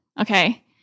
okay